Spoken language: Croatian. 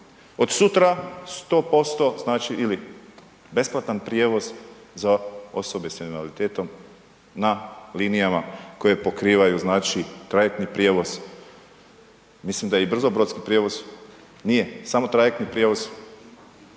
Od sutra 100% znači ili besplatan prijevoz za osobe s invaliditetom na linijama koje pokrivaju znači trajektni prijevoz, mislim da i brzobrodski prijevoz. Nije? Samo trajektni prijevoz,